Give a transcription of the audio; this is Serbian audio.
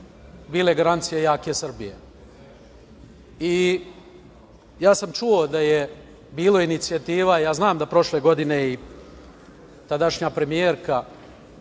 bile garancija jake Srbije i ja sam čuo da je bilo inicijativa i ja znam da je prošle godine i tadašnja premijerka